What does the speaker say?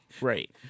Right